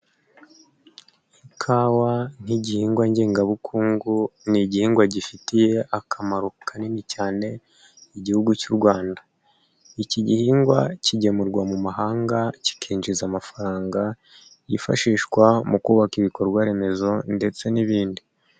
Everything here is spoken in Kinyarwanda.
Ikawa nk'igihingwa ngengabukungu ni igihingwa gifitiye akamaro kanini cyane igihugu cy'u Rwanda. Iki gihingwa kigemurwa mu mahanga kikinjiza amafaranga yifashishwa mu kubaka ibikorwa remezo ndetse n'ibindi.